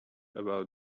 about